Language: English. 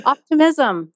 Optimism